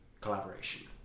collaboration